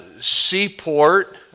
seaport